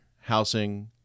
housing